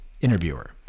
Interviewer